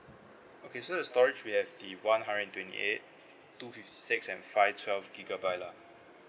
okay so the storage we have the one hundred and twenty eight two fifty six and five twelve gigabyte lah